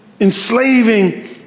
enslaving